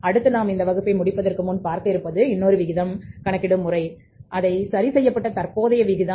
அடுத்து நாம் இந்த வகுப்பை முடிப்பதற்கு முன் பார்க்க இருப்பது இன்னுமொரு விகிதம் கணக்கிடும் முறை அதை சரி செய்யப்பட்ட தற்போதைய விகிதம்